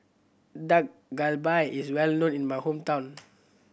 Dak Galbi is well known in my hometown